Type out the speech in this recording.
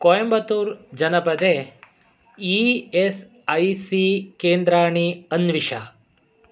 कोयम्बत्तूर् जनपदे E S I C केन्द्राणि अन्विष